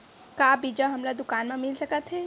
का बीज हमला दुकान म मिल सकत हे?